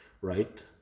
right